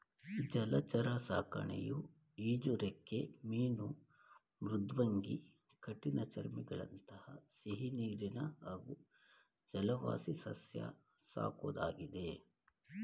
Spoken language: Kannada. ಜಲಚರ ಸಾಕಣೆಯು ಈಜುರೆಕ್ಕೆ ಮೀನು ಮೃದ್ವಂಗಿ ಕಠಿಣಚರ್ಮಿಗಳಂಥ ಸಿಹಿನೀರಿನ ಹಾಗೂ ಜಲವಾಸಿಸಸ್ಯ ಸಾಕೋದಾಗಿದೆ